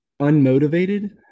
unmotivated